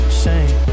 shame